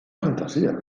fantasía